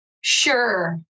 sure